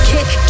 Kick